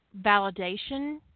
validation